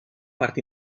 part